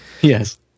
Yes